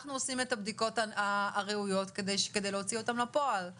ואנחנו עושים את בדיקות הראויות כדי להוציא אותן לפועל.